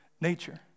nature